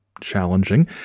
challenging